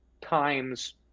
times